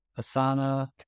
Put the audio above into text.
Asana